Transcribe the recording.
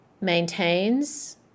maintains